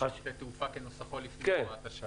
חוק שירותי תעופה כנוסחו לפני הוראת השעה.